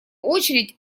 очередь